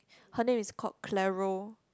her name is called Clairo